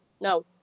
No